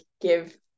give